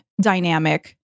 dynamic